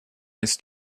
ist